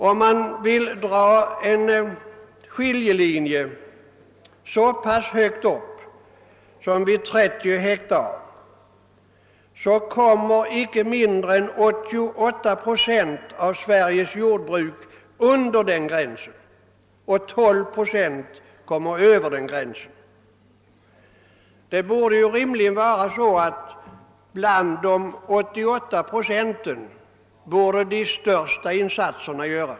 Om man drar skiljelinjen vid så pass stora jordbruk som på 30 hektar, hamnar icke mindre än 88 procent av Sveriges jokdbruk under den gränsen och 12 procWft däröver. Det borde ju rimligen vara så att de största insatserna görs bland de 88 procenten.